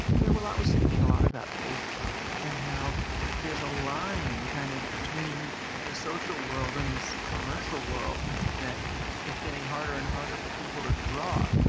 yeah well i was thinking a lot about facebook, and how there's a line kind of between the social world and this commercial world that is getting harder and harder for people to draw.